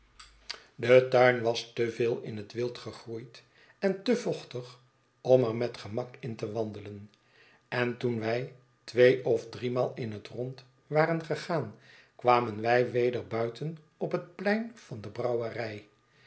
de turn was te veel in het wild gegroeid en te vochtig om er met gemak in te wandelen en toen wij twee of driemaal in het rond waren gegaan kwamen wij weder buiten op het plein van de brouwerij